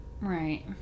right